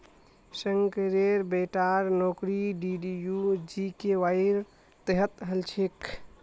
शंकरेर बेटार नौकरी डीडीयू जीकेवाईर तहत हल छेक